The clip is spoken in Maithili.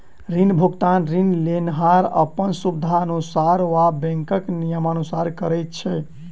ऋण भुगतान ऋण लेनिहार अपन सुबिधानुसार वा बैंकक नियमानुसार करैत छै